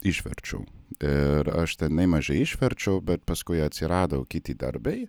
išverčiau ir aš tenai mažai išverčiau bet paskui atsirado kiti darbai